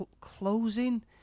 closing